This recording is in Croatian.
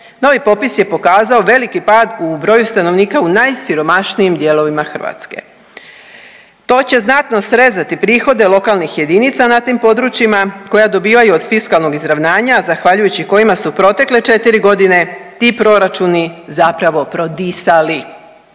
novi popis je pokazao veliki pad u broju stanovnika u najsiromašnijim dijelovima Hrvatske. To će znatno srezati prihode lokalnih jedinica na tim područjima koja dobivaju od fiskalnog izravnanja zahvaljujući kojima su u protekle 4 godine ti proračuni zapravo prodisali.